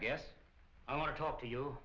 guess i want to talk to you